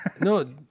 No